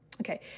Okay